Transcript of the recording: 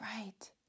right